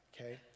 okay